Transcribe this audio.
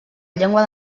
llengua